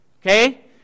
Okay